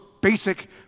basic